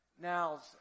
Now